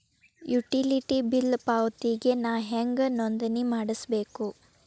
Utility bill ಪಾವತಿಗೆ ನಾ ಹೆಂಗ್ ನೋಂದಣಿ ಮಾಡ್ಸಬೇಕು?